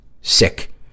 sick